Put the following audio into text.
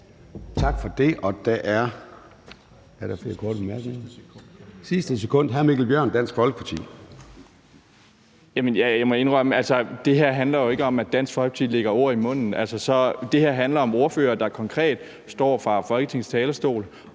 Det her handler jo ikke om, at Dansk Folkeparti lægger folk ord i munden. Det her handler om ordførere, der konkret står fra Folketingets talerstol